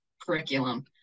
curriculum